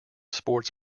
sports